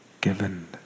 given